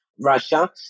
Russia